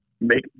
make